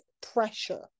pressure